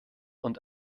und